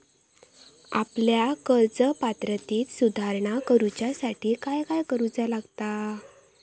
आपल्या कर्ज पात्रतेत सुधारणा करुच्यासाठी काय काय करूचा लागता?